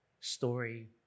story